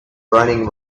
running